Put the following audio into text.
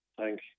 thank